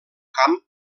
camp